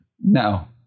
no